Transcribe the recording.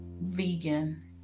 vegan